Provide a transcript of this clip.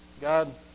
God